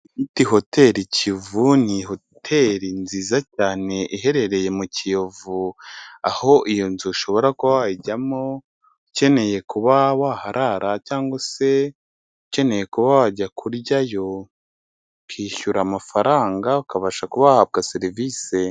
Hotel kivu ni hoteri nziza cyane iherereye mu Kiyovu aho iyo nzu ushobora ku wayijyamo ukeneye kuba waharara cyangwa se ukeneye kuba wajya kuryayo ukishyura amafaranga ukabasha kubahabwa serivisi.